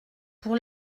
pour